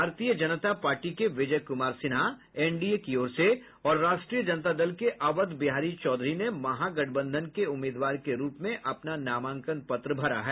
भारतीय जनता पार्टी के विजय कुमार सिन्हा एनडीए की ओर से और राष्ट्रीय जनता दल के अवध बिहारी चौधरी ने महागठबंधन के उम्मीदवार के रूप में अपना नामांकन पत्र भरा है